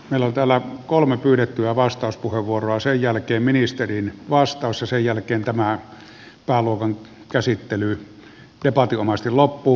meillä on kolme pyydettyä vastauspuheenvuoroa sen jälkeen ministerin vastaus ja sen jälkeen tämän pääluokan käsittely debatinomaisesti loppuu ja on muutama lähetekeskustelupuheenvuoro